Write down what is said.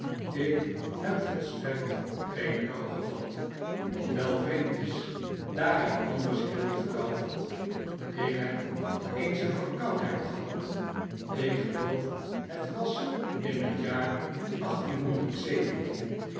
ik heb volstrekt geen kou gevat wat wel vreemd is daar ik anders heel licht kou vat ik heb eens een verkoudheid gehad ik geloof het was in het jaar achttienhonderd zeventien